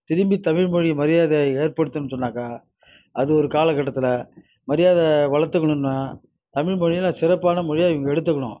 திரும்பி தமிழ் மொழி மரியாதை ஏற்படுத்தனு சொன்னாக்கா அது ஒரு காலக்கட்டத்தில் மரியாதை வளர்த்துகுனுன்னா தமிழ் மொழியில் சிறப்பான மொழியாக இவங்க எடுத்துக்கணும்